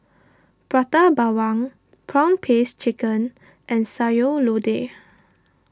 Prata Bawang Prawn Paste Chicken and Sayur Lodeh